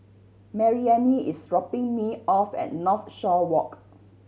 Maryanne is dropping me off at Northshore Walk